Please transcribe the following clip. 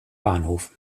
bahnhof